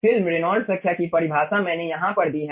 film Reynolds संख्या की परिभाषा मैंने यहां पर दी है